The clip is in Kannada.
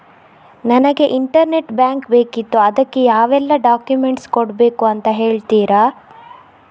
ನನಗೆ ಇಂಟರ್ನೆಟ್ ಬ್ಯಾಂಕ್ ಬೇಕಿತ್ತು ಅದಕ್ಕೆ ಯಾವೆಲ್ಲಾ ಡಾಕ್ಯುಮೆಂಟ್ಸ್ ಕೊಡ್ಬೇಕು ಅಂತ ಹೇಳ್ತಿರಾ?